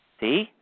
see